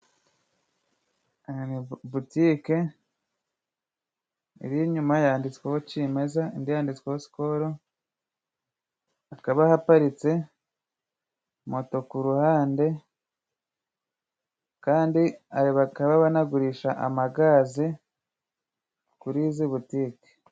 Butike iri inyuma yanditsweho cimeza indi yanditse sikolo hakaba haparitse moto ku ruhande ,kandi bakaba banagurisha amagaze kuri izi butike.